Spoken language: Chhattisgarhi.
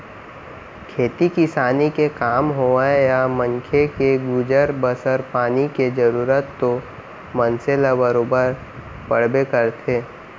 खेती किसानी के काम होवय या मनखे के गुजर बसर पानी के जरूरत तो मनसे ल बरोबर पड़बे करथे